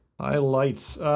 Highlights